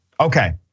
Okay